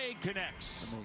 connects